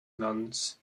nuns